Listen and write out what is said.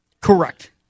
Correct